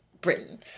Britain